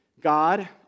God